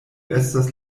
estas